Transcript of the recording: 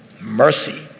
mercy